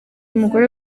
mugore